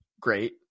Great